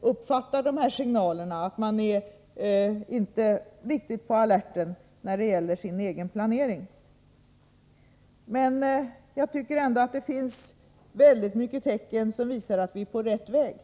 uppfatta dessa signaler och att näringslivet inte är riktigt på alerten när det gäller sin egen planering. Men det finns ändå väldigt många tecken som visar att vi är på rätt väg.